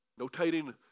Notating